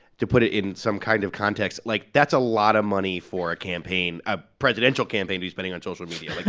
to put it in some kind of context like, that's a lot of money for campaign a presidential campaign to be spending on social media.